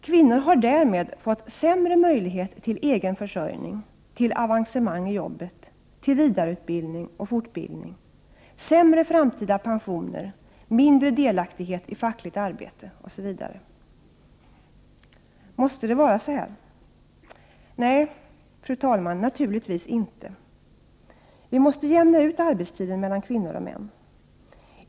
Kvinnor har därmed fått sämre möjlighet till egen försörjning, till avancemang i jobbet, till vidareut bildning och fortbildning, sämre framtida pensioner, mindre delaktighet i fackligt arbete osv. Måste det vara så här? Nej, fru talman, naturligtvis inte. Vi måste jämna ut arbetstiden mellan kvinnor och män.